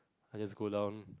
I just go down